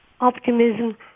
optimism